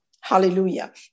Hallelujah